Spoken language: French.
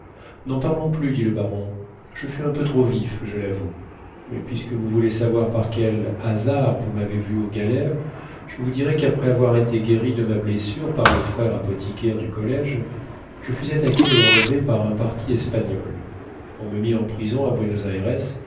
n'en parlons plus dit le baron je fus un peu trop vif je l'avoue mais puisque vous voulez savoir par quel hasard vous m'avez vu aux galères je vous dirai qu'après avoir été guéri de ma blessure par le frère apothicaire du collège je fus attaqué et enlevé par un parti espagnol on me mit en prison à